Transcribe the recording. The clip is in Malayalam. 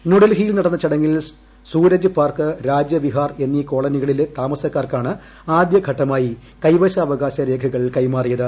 ന്യൂഡൽഹിയിൽ നടന്ന ചടങ്ങിൽ സൂരജ് പാർക്ക് രാജാ വിഹാർ എന്നീ കോളനികളിലെ താമസക്കാർക്കാണ് ആദ്യ ഘട്ടമായി കൈവശാവകാശ രേഖകൾ കൈമാറിയത്